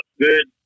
good